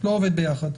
לא עובד ביחד.